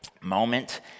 moment